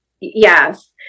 yes